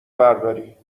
برداری